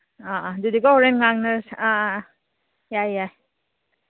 ꯑꯗꯨꯗꯤꯀꯣ ꯍꯣꯔꯦꯟ ꯉꯥꯡꯅꯁꯔꯤ ꯑꯥ ꯑꯥ ꯌꯥꯏ ꯌꯥꯏ